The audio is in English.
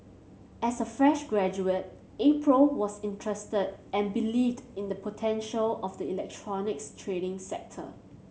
as a fresh graduate April was interested and believed in the potential of the electronics trading sector